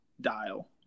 dial